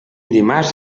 dimarts